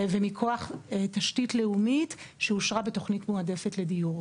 ומכוח תשתית לאומית שאושרה בתוכנית מועדפת לדיור.